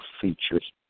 features